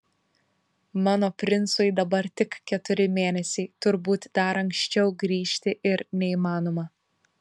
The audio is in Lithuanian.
mano princui dabar tik keturi mėnesiai turbūt dar anksčiau grįžti ir neįmanoma